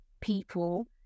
people